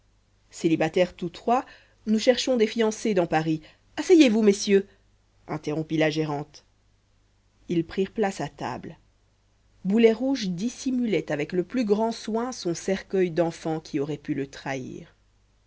célibataires tous trois nous cherchons des fiancées dans paris asseyez-vous messieurs interrompit la gérante ils prirent place à table boulet rouge dissimulait avec le plus grand soin son cercueil d'enfant qui aurait pu le trahir